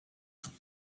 stati